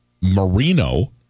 Marino